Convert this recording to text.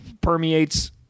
permeates